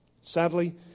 Sadly